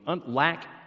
lack